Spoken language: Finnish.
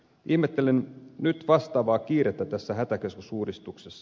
ihmettelen nyt vastaavaa kiirettä tässä hätäkeskusuudistuksessa